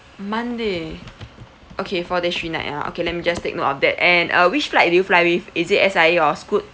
monday okay four days three night ah okay let me just take note of that and uh which flight do you fly with is it S_I_A or scoot